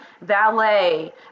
valet